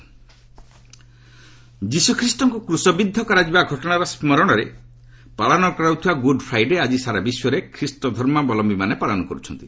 good Friday' ଯୀଶୁ ଖ୍ରୀଷ୍ଟଙ୍କୁ କୁଶବିଦ୍ଧ କରାଯିବା ଘଟଣାର ସ୍ମାରଣରେ ପାଳନ କରାଯାଉଥିବା ଗୁଡ୍ ଫ୍ରାଇଡେ' ଆକି ସାରା ବିଶ୍ୱରେ ଖ୍ରୀଷ୍ଟଧର୍ମାବଲମ୍ଭୀମାନେ ପାଳନ କରୁଛନ୍ତି